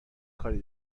کاری